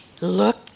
look